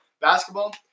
basketball